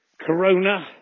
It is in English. corona